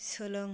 सोलों